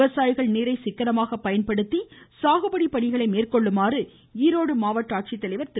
விவசாயிகள் நீரை சிக்கனமாக பயன்படுத்தி சாகுபடி பணிகளை மேற்கொள்ளுமாறு ஈரோடு மாவட்ட ஆட்சித்தலைவர் திரு